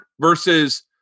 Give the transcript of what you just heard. versus